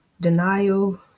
denial